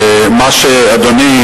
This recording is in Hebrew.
אדוני,